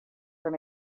from